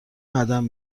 قدم